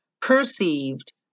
perceived